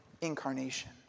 incarnation